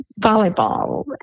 volleyball